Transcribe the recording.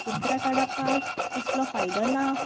चित्रां काडपाक कसलो फायदो ना